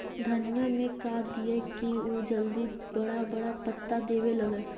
धनिया में का दियै कि उ जल्दी बड़ा बड़ा पता देवे लगै?